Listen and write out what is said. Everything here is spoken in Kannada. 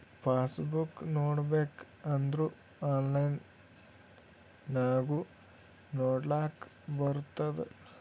ಪಾಸ್ ಬುಕ್ ನೋಡ್ಬೇಕ್ ಅಂದುರ್ ಆನ್ಲೈನ್ ನಾಗು ನೊಡ್ಲಾಕ್ ಬರ್ತುದ್